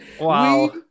Wow